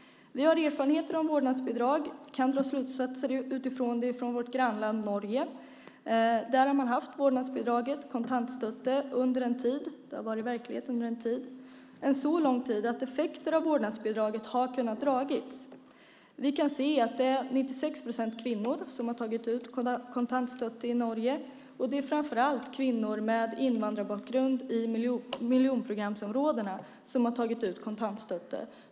Vi har erfarenheter av vårdnadsbidrag. Vi kan dra slutsatser av det från vårt grannland Norge. Där har man haft vårdnadsbidraget, kontantstøtte , under en tid. Det har varit verklighet under en så lång tid att erfarenheter av vårdnadsbidraget har kunnat dras. Vi kan se att det är 96 procent kvinnor som har tagit ut kontantstøtte i Norge, och det är framför allt kvinnor med invandrarbakgrund i miljonprogramsområdena som har tagit ut kontantstøtte .